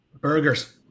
burgers